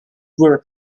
were